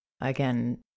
Again